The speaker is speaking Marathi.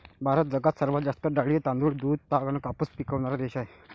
भारत जगात सर्वात जास्त डाळी, तांदूळ, दूध, ताग अन कापूस पिकवनारा देश हाय